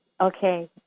Okay